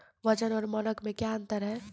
वजन और मानक मे क्या अंतर हैं?